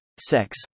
sex